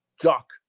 duck